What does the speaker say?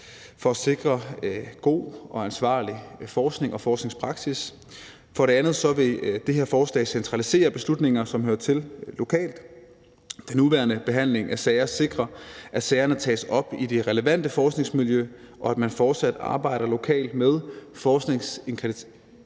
for at sikre god og ansvarlig forskning og forskningspraksis. For det andet vil det her forslag centralisere beslutninger, som hører til lokalt. Den nuværende behandling af sager sikrer, at sagerne tages op i det relevante forskningsmiljø, og at man fortsat arbejder lokalt med forskningsintegriteten